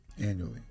Annually